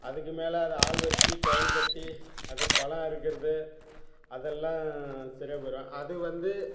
அதுக்கு மேலே அதை ஆள் வைச்சு டொயின் கட்டி அது பழம் அறுக்கிறது அதெல்லாம் சரியாக போயிடும் அது வந்து